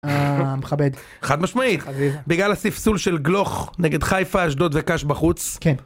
מכבד. חד משמעית. בגלל הספסול של גלוך נגד חיפה, אשדוד וק"ש בחוץ.